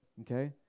Okay